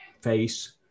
face